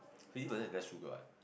fifty percent is less sugar what